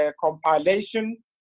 compilation